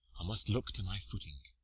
i must look to my footing